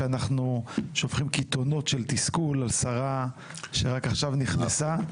כשאנחנו שופכים קיתונות של תסכול על שרה שרק עכשיו נכנסה,